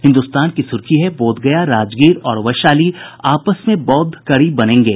हिन्दुस्तान की सुर्खी है बोधगया राजगीर और वैशाली आपस में बौद्ध कड़ी बनेंगे